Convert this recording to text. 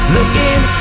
Looking